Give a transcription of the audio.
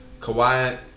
Kawhi